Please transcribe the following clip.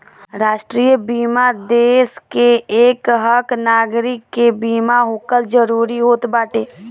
राष्ट्रीय बीमा देस के एकहक नागरीक के बीमा होखल जरूरी होत बाटे